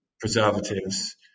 preservatives